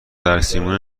درسیمون